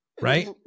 right